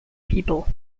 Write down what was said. people